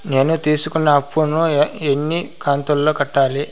నేను తీసుకున్న అప్పు ను ఎన్ని కంతులలో కట్టాలి?